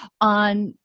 on